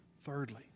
Thirdly